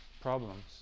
problems